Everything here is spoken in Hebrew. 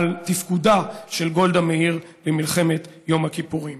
על תפקודה של גולדה מאיר במלחמת יום הכיפורים.